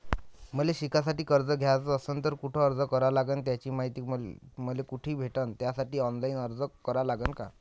मले शिकायले कर्ज घ्याच असन तर कुठ अर्ज करा लागन त्याची मायती मले कुठी भेटन त्यासाठी ऑनलाईन अर्ज करा लागन का?